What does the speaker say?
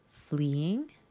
fleeing